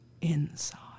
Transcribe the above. inside